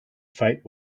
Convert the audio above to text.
fight